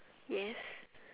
yes